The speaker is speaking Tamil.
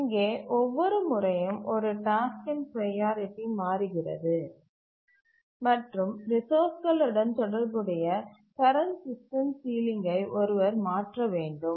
இங்கே ஒவ்வொரு முறையும் ஒரு டாஸ்க்கின் ப்ரையாரிட்டி மாறுகிறது மற்றும் ரிசோர்ஸ்களுடன் தொடர்புடைய கரண்ட் சிஸ்டம் சீலிங்கை ஒருவர் மாற்ற வேண்டும்